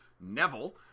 Neville